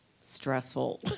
stressful